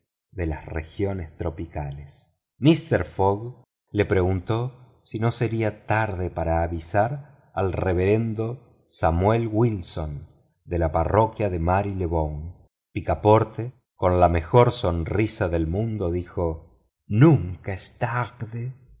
de las regiones tropicales mister fogg le preguntó si no sería tarde para avisar al reverendo samuel wilson de la parroquia de mari le bone picaporte con la mejor sonrisa del mundo dijo nunca es tarde